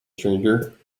stranger